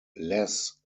less